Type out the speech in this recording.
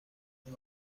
این